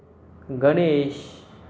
Ganesh